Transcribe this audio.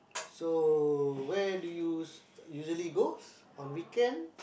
so where do you usually goes on weekend